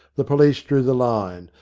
the police drew the line,